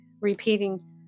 Repeating